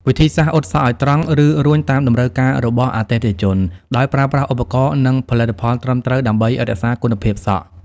វិធីសាស្រ្តអ៊ុតសក់ឱ្យត្រង់ ឬរួញតាមតម្រូវការរបស់អតិថិជន ដោយប្រើប្រាស់ឧបករណ៍ និងផលិតផលត្រឹមត្រូវដើម្បីរក្សាគុណភាពសក់។